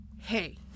hey